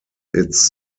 its